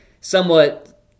somewhat